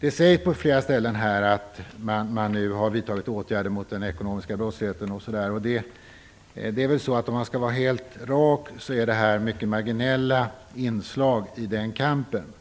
Det sägs på flera ställen att man nu har vidtagit åtgärder mot den ekonomiska brottsligheten. Skall budskapet vara helt rakt, är detta mycket marginella inslag i den kampen.